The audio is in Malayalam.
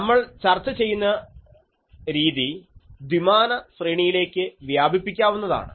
നമ്മൾ ചർച്ച ചെയ്യുന്ന രീതി ദ്വിമാന ശ്രേണിയിലേക്ക് വ്യാപിപ്പിക്കാവുന്നതാണ്